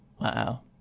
Wow